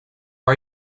are